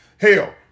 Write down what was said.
Hell